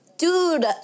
Dude